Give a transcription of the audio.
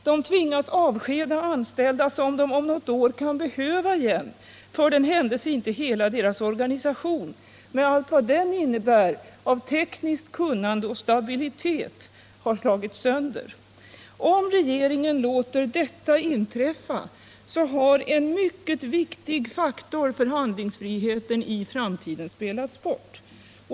De tvingas att avskeda anställda som de om något år kan behöva igen för den händelse inte hela deras organisation med allt vad den innebär av tekniskt kunnande och stabilitet har slagits sönder. Om regeringen låter detta inträffa har en mycket viktig faktor för handlingsfriheten i framtiden spelats bort.